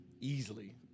Easily